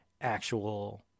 actual